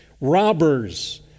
robbers